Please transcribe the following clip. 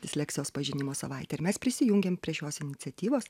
disleksijos pažinimo savaitė ir ar mes prisijungėm prie šios iniciatyvos